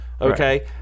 okay